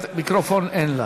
מיקרופון אין לה.